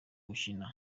gukina